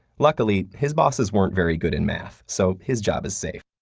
luckily, his bosses weren't very good in math, so his job is safe.